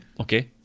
Okay